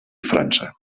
frança